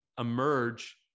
emerge